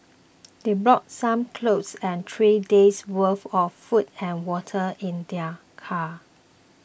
they brought some clothes and three days' worth of food and water in their car